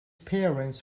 parents